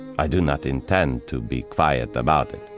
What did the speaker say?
i do not intend to be quiet about it